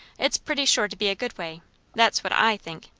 it's pretty sure to be a good way that's what i think.